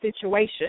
situation